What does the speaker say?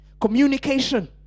communication